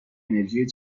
انرژی